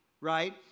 right